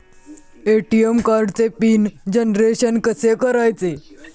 ATM कार्डचे PIN generation कसे करायचे?